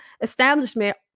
establishment